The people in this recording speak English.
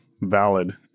valid